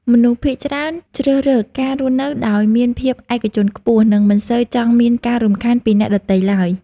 មនុស្សភាគច្រើនជ្រើសរើសការរស់នៅដោយមានភាពឯកជនខ្ពស់ និងមិនសូវចង់មានការរំខានពីអ្នកដទៃឡើយ។